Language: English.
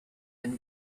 been